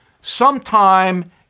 sometime